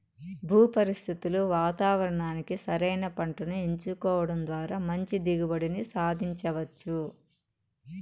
భూ పరిస్థితులు వాతావరణానికి సరైన పంటను ఎంచుకోవడం ద్వారా మంచి దిగుబడిని సాధించవచ్చు